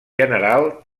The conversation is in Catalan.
general